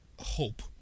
hope